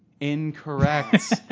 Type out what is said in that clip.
Incorrect